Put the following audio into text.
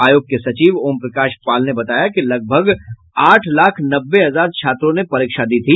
आयोग के सचिव ओम प्रकाश पाल ने बताया कि लगभग आठ लाख नब्बे हजार छात्रों ने परीक्षा दी थी